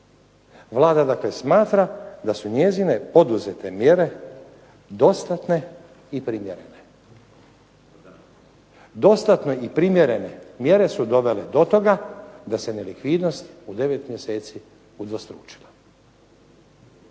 Vlada dakle smatra da su njezine poduzete mjere dostatne i primjerene. Dostatne i primjerene mjere su dovele do toga da se nelikvidnost u devet mjeseci udvostručila.